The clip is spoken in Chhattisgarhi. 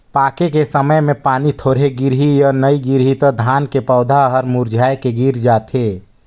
पाके के समय मे पानी थोरहे गिरही य नइ गिरही त धान के पउधा हर मुरझाए के गिर जाथे